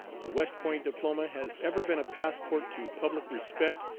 the west point diploma has ever been a passport to public respect,